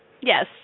Yes